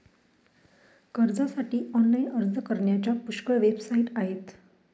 कर्जासाठी ऑनलाइन अर्ज करण्याच्या पुष्कळ वेबसाइट आहेत